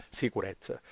sicurezza